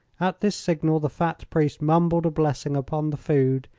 at this signal the fat priest mumbled a blessing upon the food,